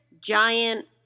giant